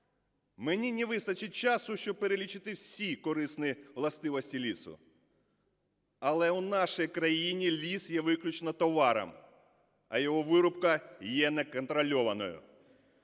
Мені не вистачить часу, щоб перелічити всі корисні властивості лісу. Але в нашій країні ліс є виключно товаром, а його вирубка є неконтрольованою.